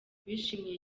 bishimiye